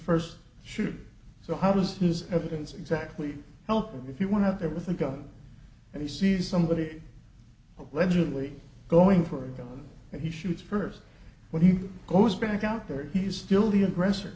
first shoot so how does his evidence exactly help if you want to have it with a gun and he sees somebody allegedly going for a gun and he shoots first when he goes back out there he's still the aggressor